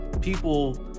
people